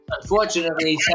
Unfortunately